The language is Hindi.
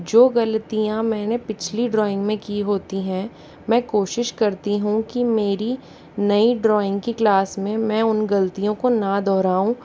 जो गलतियाँ मैंने पिछले ड्रॉइंग में की होती है मैं कोशिश करती हूँ कि मेरी नई ड्रॉइंग की क्लास में मैं उन गलतियों को न दोहराऊँ